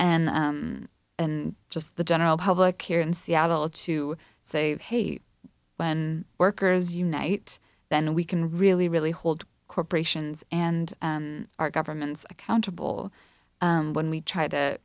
and and just the general public here in seattle to say when workers unite then we can really really hold corporations and our governments accountable when we try to